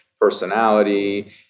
personality